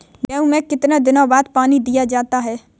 गेहूँ में कितने दिनों बाद पानी दिया जाता है?